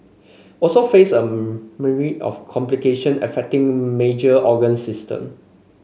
also face a myriad of complication affecting major organ system